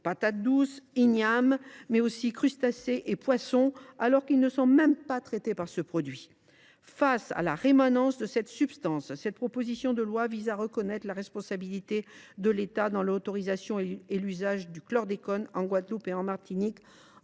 patates douces, ignames, mais aussi crustacés et poissons, alors même qu’ils n’ont pas même été traités par ce produit. Face à la rémanence de cette substance, le présent texte vise à reconnaître la responsabilité de l’État dans l’autorisation et l’usage du chlordécone en Guadeloupe et en Martinique